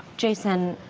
jason,